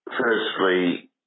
firstly